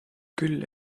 küll